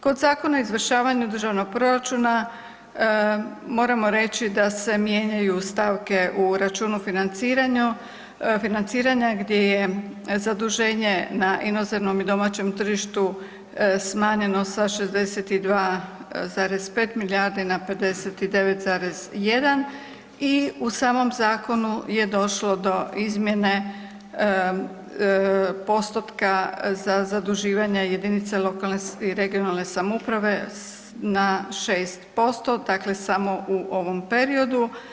Kod Zakona o izvršavanju državnog proračuna moramo reći da se mijenjaju stavke u računu financiranja gdje je zaduženje na inozemnom i domaćem tržištu smanjeno sa 62,5 milijardi na 59,1 i u samom zakonu je došlo do izmjene postotka za zaduživanja jedinica lokalne i regionalne samouprave na 6% dakle, samo u ovom periodu.